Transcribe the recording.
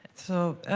so